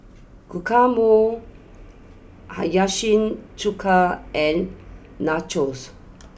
Guacamole Hiyashi Chuka and Nachos